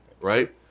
Right